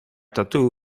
tattoo